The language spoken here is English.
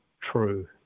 true